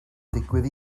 digwydd